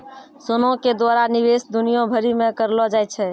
सोना के द्वारा निवेश दुनिया भरि मे करलो जाय छै